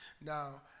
Now